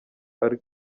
ari